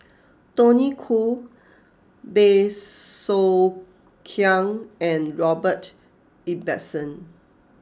Tony Khoo Bey Soo Khiang and Robert Ibbetson